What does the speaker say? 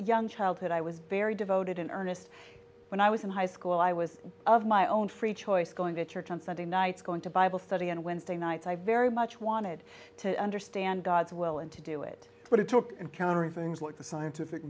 young childhood i was very devoted and earnest when i was in high school i was of my own free choice going to church on sunday nights going to bible study on wednesday nights i very much wanted to understand god's will and to do it but it took and countering things what the scientific